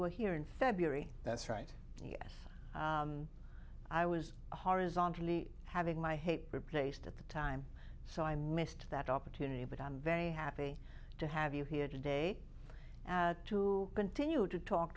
were here in february that's right yes i was horizontally having my hate replaced at the time so i missed that opportunity but i'm very happy to have you here today to continue to talk